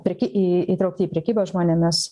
perki į įtraukti į prekybą žmonėmis